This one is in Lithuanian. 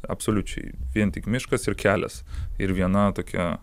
absoliučiai vien tik miškas ir kelias ir viena tokia